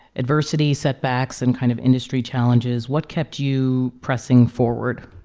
adversities, setbacks and kind of industry challenges what kept you pressing forward?